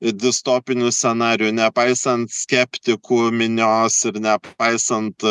distopinių scenarijų nepaisant skeptikų minios ir nepaisant